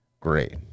Great